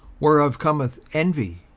whereof cometh envy,